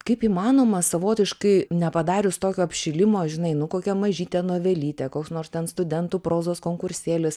kaip įmanoma savotiškai nepadarius tokio apšilimo žinai nu kokia mažytė nuvelytė koks nors ten studentų prozos konkursėlis